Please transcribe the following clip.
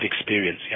experience